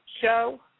show